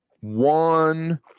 one